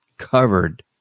covered